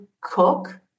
cook